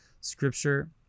scripture